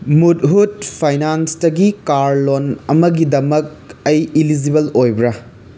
ꯃꯨꯠꯍꯨꯠ ꯐꯥꯏꯅꯥꯟꯁꯇꯒꯤ car loan ꯑꯃꯒꯤꯗꯃꯛ ꯑꯩ ꯏꯂꯤꯖꯤꯕꯜ ꯑꯣꯏꯕ꯭ꯔꯥ